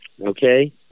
okay